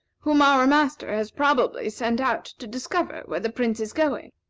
whom our master has probably sent out to discover where the prince is going.